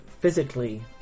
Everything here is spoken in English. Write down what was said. physically